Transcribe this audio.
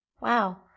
Wow